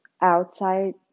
outside